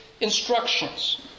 instructions